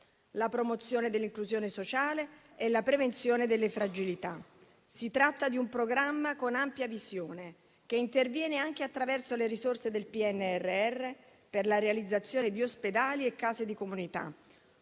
la promozione dell'inclusione sociale e la prevenzione delle fragilità. Si tratta di un programma con ampia visione che interviene anche attraverso le risorse del PNRR per la realizzazione di ospedali e case di comunità,